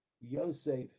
Yosef